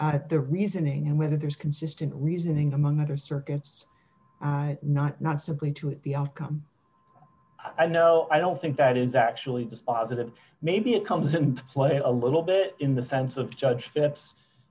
to the reasoning and whether there's consistent reasoning among other circuits not not simply to the outcome i know i don't think that is actually dispositive maybe it comes into play a little bit in the sense of judge